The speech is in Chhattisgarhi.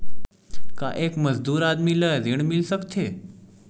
का एक मजदूर आदमी ल ऋण मिल सकथे?